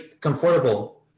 comfortable